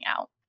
out